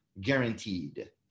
guaranteed